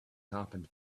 happened